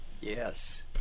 yes